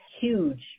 huge